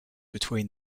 between